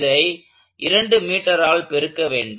இதை 2m ஆல் பெருக்க வேண்டும்